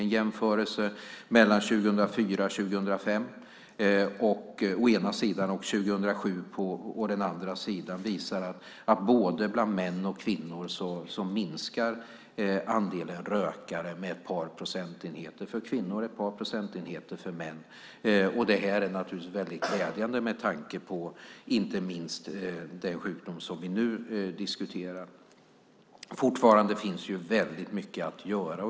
En jämförelse mellan 2004 och 2005 å ena sidan och 2007 å andra sidan visar att andelen rökare minskar med ett par procentenheter bland både kvinnor och män. Detta är naturligtvis väldigt glädjande, inte minst med tanke på den sjukdom som vi nu diskuterar. Fortfarande finns det mycket att göra.